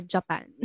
Japan